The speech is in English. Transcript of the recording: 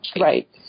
Right